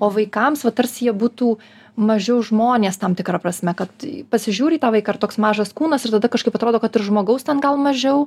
o vaikams va tarsi jie būtų mažiau žmonės tam tikra prasme kad pasižiūri į tą vaiką ir toks mažas kūnas ir tada kažkaip atrodo kad ir žmogaus ten gal mažiau